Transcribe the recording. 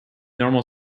normal